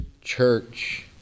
church